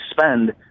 spend